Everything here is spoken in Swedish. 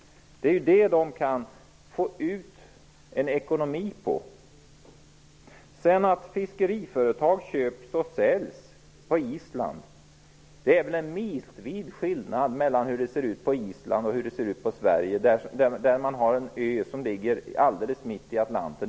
Det är där de kan skapa en ekonomi. Vidare var det fiskeriföretag som köps och säljs på Island. Det är väl en milsvid skillnad mellan hur det ser ut på Island och hur det ser ut i Sverige. Island är en ö som ligger mitt i Atlanten.